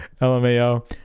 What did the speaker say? LMAO